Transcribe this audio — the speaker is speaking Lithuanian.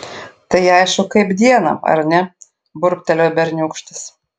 tai aišku kaip dieną ar ne burbtelėjo berniūkštis